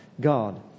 God